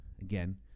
again